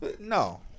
No